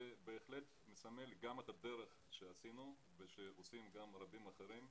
זה בהחלט מסמל גם את הדרך אותה עשינו ושעושים רבים אחרים.